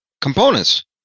components